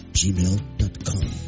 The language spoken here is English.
gmail.com